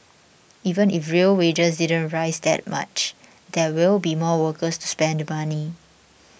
even if real wages you don't rise that much there will be more workers to spend money